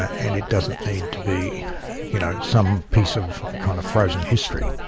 and it doesn't need to be you know some piece of kind of frozen history.